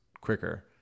quicker